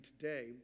today